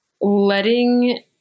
letting